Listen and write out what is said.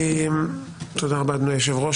תודה רבה אדוני היושב-ראש,